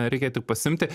reikia tik pasiimti